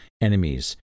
enemies